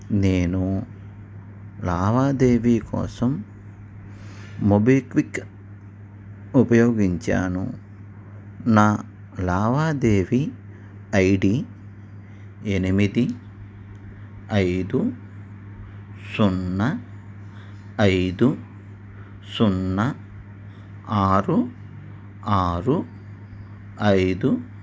నేను లావాదేవీ కోసం మొబిక్విక్ ఉపయోగించాను నా లావాదేవీ ఐడి ఎనిమిది ఐదు సున్నా ఐదు సున్నా ఆరు ఆరు ఐదు